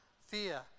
fear